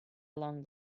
along